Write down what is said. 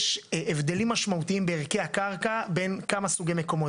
יש הבדלים משמעותיים בערכי הקרקע בין כמה סוגי מקומות.